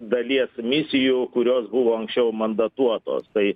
dalies misijų kurios buvo anksčiau mandatuotos tai